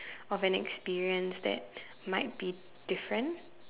of an experience that might be different